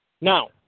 Now